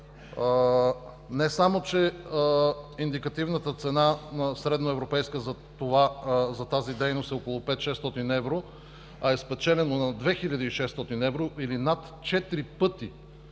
Не само че индикативната цена, средно европейска, за тази дейност е около 500-600 евро, а е спечелено на 2600 евро или над 4 пъти